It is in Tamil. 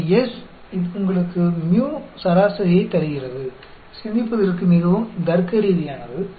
எனவே S இது உங்களுக்கு μ சராசரியைத் தருகிறது சிந்திப்பதற்கு மிகவும் தர்க்கரீதியானது